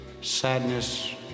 sadness